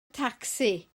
tacsi